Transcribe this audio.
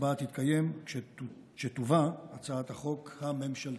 ההצבעה תתקיים כשתובא הצעת החוק הממשלתית.